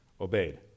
obeyed